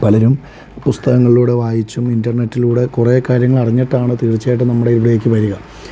പലരും പുസ്തകങ്ങളിലൂടെ വായിച്ചും ഇൻ്റർനെറ്റിലൂടെ കുറെ കാര്യങ്ങൾ അറിഞ്ഞിട്ടാണ് തീർച്ചയായിട്ടും നമ്മുടെ ഇവിടേയ്ക്ക് വരിക